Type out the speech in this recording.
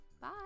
Bye